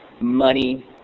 money